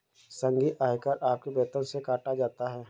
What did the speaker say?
संघीय आयकर आपके वेतन से काटा जाता हैं